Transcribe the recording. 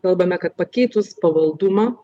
kalbame kad pakeitus pavaldumą